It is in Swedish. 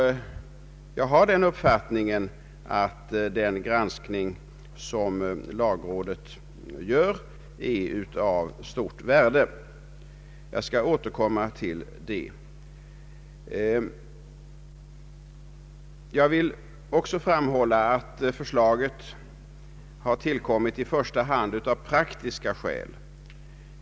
Jag anser att den granskning som lagrådet gör är av stort värde. Jag vill också framhålla att förslaget har tillkommit i första hand av praktiska skäl.